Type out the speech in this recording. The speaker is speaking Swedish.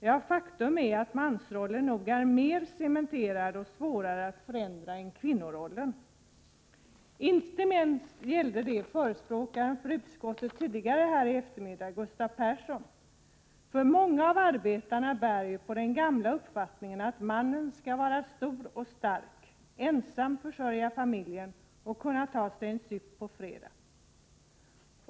Ja, faktum är att mansrollen är mer cementerad och svårare att förändra än kvinnorollen. Inte minst — vill jag säga till förespråkaren för utskottet tidigare här i eftermiddag, Gustav Persson — gäller det för arbetarna, som bär på den gamla uppfattningen att mannen skall vara stor och stark, ensam försörja familjen och kunna ta sig en sup på fredag.